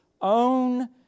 own